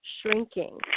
shrinking